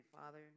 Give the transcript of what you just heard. father